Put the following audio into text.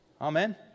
Amen